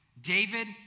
David